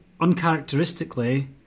uncharacteristically